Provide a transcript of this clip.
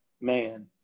man